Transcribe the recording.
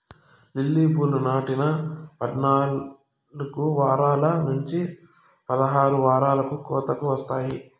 lily పూలు నాటిన పద్నాలుకు వారాల నుంచి పదహారు వారాలకు కోతకు వస్తాయి